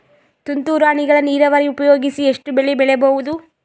ತುಂತುರು ಹನಿಗಳ ನೀರಾವರಿ ಉಪಯೋಗಿಸಿ ಎಷ್ಟು ಬೆಳಿ ಬೆಳಿಬಹುದು?